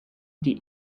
die